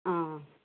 অঁ